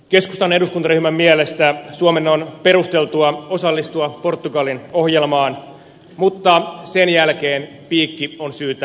keskustan eduskuntaryhmän mielestä suomen on perusteltua osallistua portugalin ohjelmaan mutta sen jälkeen piikki on syytä laittaa kiinni